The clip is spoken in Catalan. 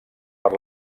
per